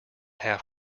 half